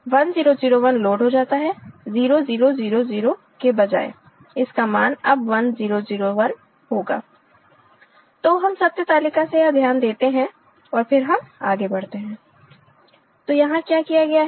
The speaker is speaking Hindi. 1 0 0 1 लोड हो जाता है 0 0 0 0 के बजाय इसका मान अब 1 0 0 1 होगातो हम सत्य तालिका से यह ध्यान देते हैं और फिर हम आगे बढ़ते हैं तो यहाँ क्या किया गया है